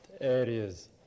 areas